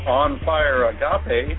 onfireagape